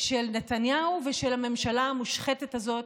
של נתניהו ושל הממשלה המושחתת הזאת,